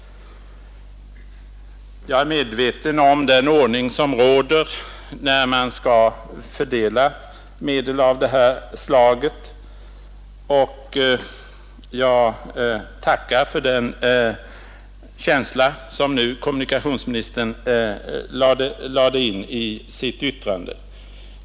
Jag är medveten om den ordning som råder när man skall fördela medel av det här slaget, och jag tackar för den känsla som kommunikationsministern nu lade in i sitt yttrande.